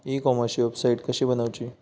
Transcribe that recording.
E कॉमर्सची वेबसाईट कशी बनवची?